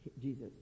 Jesus